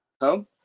home